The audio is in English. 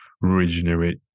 regenerate